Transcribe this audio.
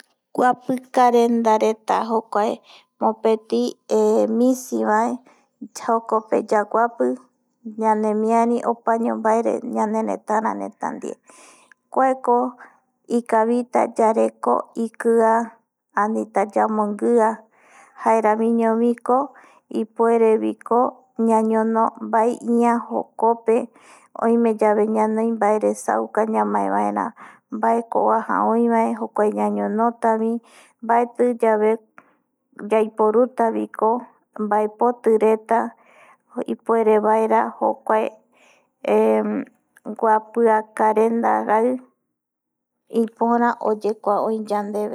Guapikarendareta jokuae mopeti oime misivae jokope yaguapi ñanemiari opaño mbaere ñaneretara reta ndie kuako ikavita yareko ikiaa, anita yambomguia jaeramiñoviko ipuereviko ñañono mbae ïa jokope oime yave ñanoi mbaeresauka yaesa vaera mbaeko oaja oi vae ñañonota mbaetiyave yaiporutaviki mbaepotireta ipuerevaera jokua guapiakarenda rai ipora oyekua yandeve